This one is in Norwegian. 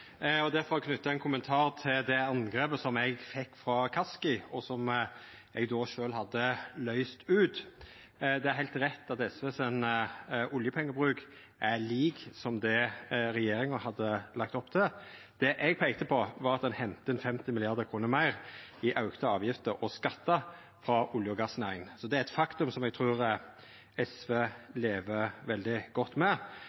ein kommentar til det angrepet som eg fekk frå Kaski, og som eg sjølv hadde løyst ut. Det er heilt rett at SV sin oljepengebruk er lik det som regjeringa hadde lagt opp til. Det eg peikte på, var at ein hentar inn 50 mrd. kr meir i auka avgifter og skattar frå olje- og gassnæringa. Det er eit faktum som eg trur SV lever veldig godt med.